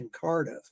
Cardiff